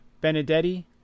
Benedetti